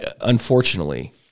Unfortunately